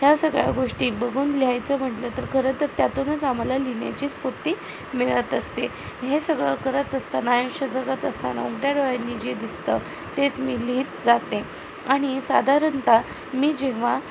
ह्या सगळ्या गोष्टी बघून लिहायचं म्हटलं तर खरं तर त्यातूनच आम्हाला लिहिण्याची स्फूर्ती मिळत असते हे सगळं करत असताना आयुष्य जगत असताना उघड्या डोळ्यांनी जे दिसतं तेच मी लिहित जाते आणि साधारणत मी जेव्हा